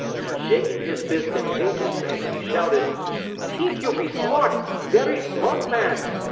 and shaking his fist in paige's face, he shouted t'ink you be smart, very smart mans!